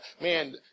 Man